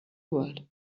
world